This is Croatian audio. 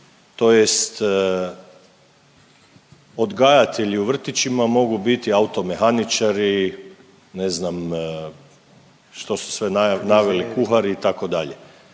tj. odgajatelji u vrtićima mogu biti automehaničari, ne znam što su sve naveli, kuhari itd.,